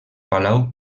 palau